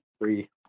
three